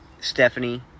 Stephanie